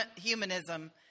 humanism